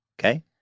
Okay